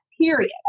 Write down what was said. period